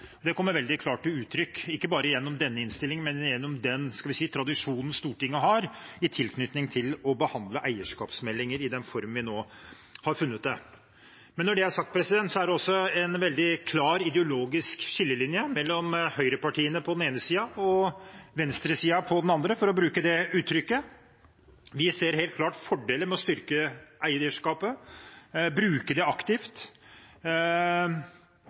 Det kommer veldig klart til uttrykk, ikke bare gjennom denne innstillingen, men også gjennom den – skal vi si – tradisjonen Stortinget har i tilknytning til å behandle eierskapsmeldinger i den formen vi nå har funnet. Men når det er sagt, er det også en veldig klar ideologisk skillelinje mellom høyrepartiene på den ene siden og venstresiden på den andre – for å bruke det uttrykket. Vi ser helt klart fordeler ved å styrke eierskapet og bruke det aktivt.